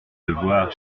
devoirs